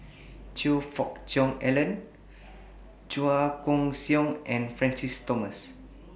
Choe Fook Cheong Alan Chua Koon Siong and Francis Thomas